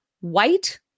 white